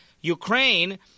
Ukraine